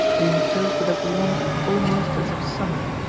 being filled with a warmth almost as of summer.